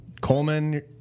Coleman